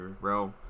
bro